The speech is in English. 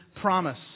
promise